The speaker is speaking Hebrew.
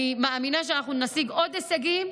אני מאמינה שאנחנו נשיג עוד הישגים,